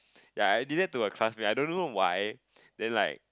ya I did that to a classmate I don't know why then like